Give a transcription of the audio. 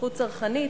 זכות צרכנית,